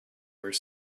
were